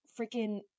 freaking